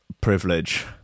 privilege